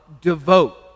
devote